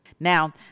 Now